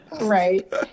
right